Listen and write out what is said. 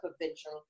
provincial